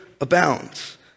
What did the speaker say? abounds